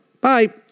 Bye